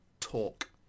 talk